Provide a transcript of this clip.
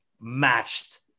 matched